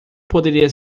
poderia